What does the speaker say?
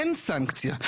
אין סנקציה.